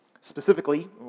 Specifically